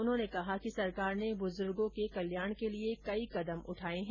उन्होंने कहा कि सरकार ने बूज़ुर्गो के कल्याण के लिए अनेक कदम उठाए हैं